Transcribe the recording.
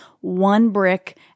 one-brick